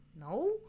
no